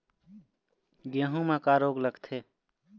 गेहूं म का का रोग लगथे?